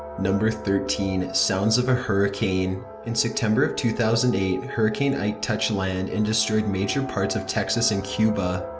number thirteen. sounds of a hurricane in september of two thousand and eight, hurricane ike touched land and destroyed major parts of texas and cuba.